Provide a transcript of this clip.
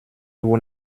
vous